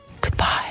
Goodbye